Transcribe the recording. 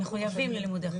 מחויבים ללימודי חול.